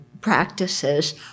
practices